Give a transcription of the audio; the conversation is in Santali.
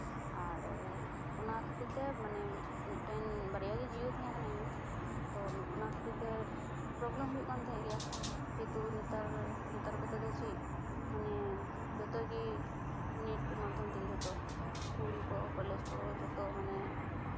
ᱟᱨ ᱚᱱᱟ ᱠᱷᱟᱹᱛᱤᱨ ᱛᱮ ᱢᱟᱱᱮ ᱢᱤᱫ ᱢᱤᱫᱴᱮᱱ ᱵᱟᱨᱭᱟ ᱜᱮ ᱡᱤᱭᱳ ᱛᱟᱦᱮᱸ ᱠᱟᱱᱟ ᱤᱧᱟᱹᱜ ᱦᱚᱸ ᱛᱚ ᱚᱱᱟ ᱠᱟᱹᱛᱤᱨ ᱛᱮ ᱯᱨᱚᱵᱞᱮᱢ ᱦᱩᱭᱩᱜ ᱠᱟᱱ ᱛᱟᱦᱮᱸᱜ ᱜᱮᱭᱟ ᱛᱚ ᱱᱮᱛᱟᱨ ᱠᱚᱛᱮ ᱫᱚ ᱪᱮᱫ ᱢᱟᱱᱮ ᱡᱚᱛᱚ ᱜᱮ ᱱᱮᱴ ᱢᱟᱫᱽᱫᱷᱚᱢ ᱛᱮᱜᱮ ᱡᱚᱛᱚ ᱥᱠᱩᱞ ᱠᱚ ᱠᱚᱞᱮᱡᱽ ᱠᱚ ᱡᱷᱚᱛᱚ ᱢᱟᱱᱮ